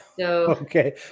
okay